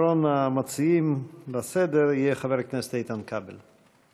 אחרון המציעים הצעות לסדר-היום יהיה חבר הכנסת איתן כבל.